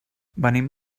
venim